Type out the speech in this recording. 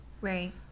right